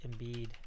Embiid